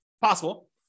possible